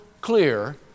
clear